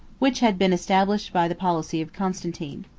which had been established by the policy of constantine.